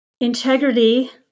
Integrity